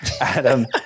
Adam